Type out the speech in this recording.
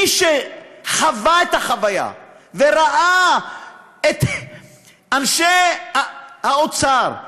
מי שחווה את החוויה וראה את אנשי האוצר,